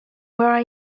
where